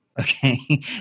okay